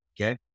okay